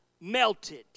melted